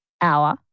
hour